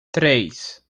três